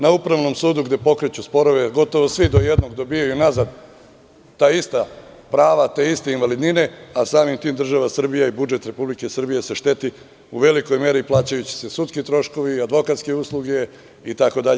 Na Upravnom sudu gde pokreću sporove, gotovo svi do jednog dobijaju nazad ta ista prava, te iste invalidnine, a samim tim država Srbija i budžet Republike Srbije se šteti u velikoj meri, plaćajući se sudski troškovi, advokatske usluge itd.